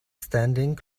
standing